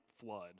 flood